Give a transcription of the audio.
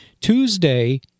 Tuesday